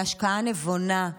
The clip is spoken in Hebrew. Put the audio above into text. בהשקעה נבונה.